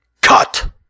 Cut